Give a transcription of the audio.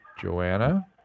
Joanna